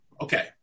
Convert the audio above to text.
Okay